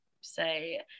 say